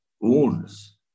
wounds